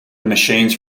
machines